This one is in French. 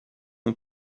ont